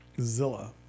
Zilla